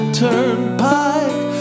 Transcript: turnpike